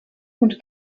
und